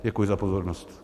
Děkuji za pozornost.